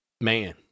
man